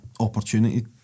opportunity